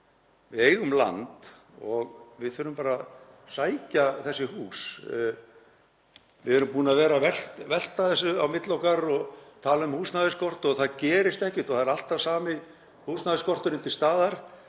við eigum land og við þurfum bara að sækja þessi hús. Við erum búin að vera að velta þessu á milli okkar og tala um húsnæðisskort og það gerist ekkert og það er alltaf sami húsnæðisskorturinn til staðar